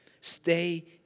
Stay